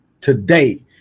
today